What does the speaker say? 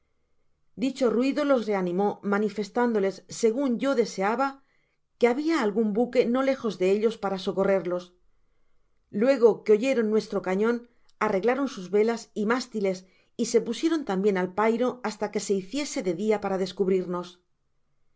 dicho ruido los reanimó manifestándoles segun yo deseaba que labia algun buque no lejos de ellos para socorrerlos luego que oyeron nuestro cañon arreglaron sus velas y mástiles y se pusieron tambien al pairo hasta que se hiciese de dia para descubrirnos